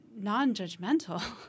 non-judgmental